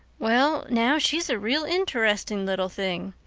well now, she's a real interesting little thing,